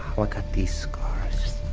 what got these scars?